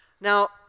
Now